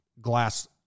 glass